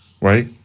right